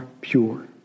pure